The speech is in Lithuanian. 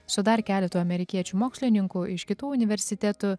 su dar keletu amerikiečių mokslininkų iš kitų universitetų